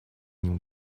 ним